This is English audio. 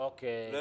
Okay